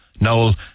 Noel